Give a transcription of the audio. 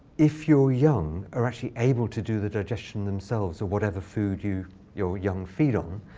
if your young are actually able to do the digestion themselves of whatever food you your young feed on,